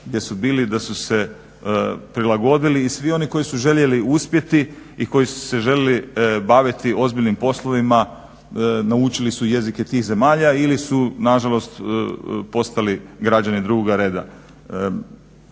gdje su bili da su se prilagodili i svi oni koji su željeli uspjeti i koji su se želili baviti ozbiljnim poslovima naučili su jezike tih zemalja ili su nažalost postali građani drugoga reda.